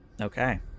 Okay